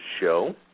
show